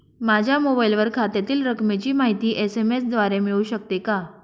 माझ्या मोबाईलवर खात्यातील रकमेची माहिती एस.एम.एस द्वारे मिळू शकते का?